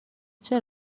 چرا